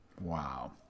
Wow